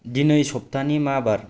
दिनै सप्ताहनि मा बार